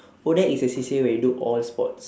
ODAC is a C_C_A where you do all sports